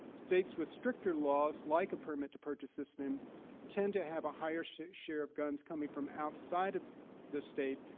states with stricter laws like a permit-to-purchase system tend to have a higher share share of guns coming from outside of the state,